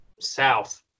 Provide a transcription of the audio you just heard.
South